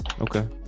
okay